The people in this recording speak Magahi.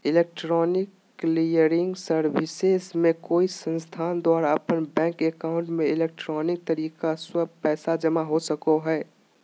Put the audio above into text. इलेक्ट्रॉनिक क्लीयरिंग सर्विसेज में कोई संस्थान द्वारा अपन बैंक एकाउंट में इलेक्ट्रॉनिक तरीका स्व पैसा जमा हो सका हइ